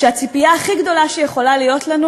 שהציפייה הכי גדולה שיכולה להיות לנו